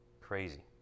Crazy